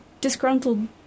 disgruntled